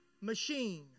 machine